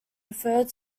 referred